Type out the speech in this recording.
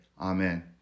amen